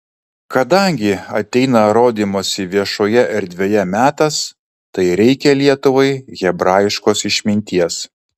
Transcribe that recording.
kadangi ateina rodymosi viešoje erdvėje metas tai reikia lietuvai hebrajiškos išminties